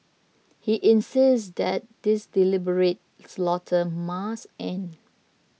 he insisted that this deliberate slaughter must end